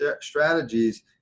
strategies